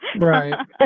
right